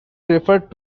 referred